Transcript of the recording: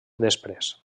després